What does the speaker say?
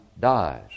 dies